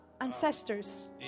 ancestors